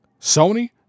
Sony